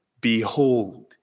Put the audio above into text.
behold